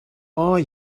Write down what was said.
are